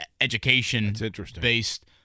education-based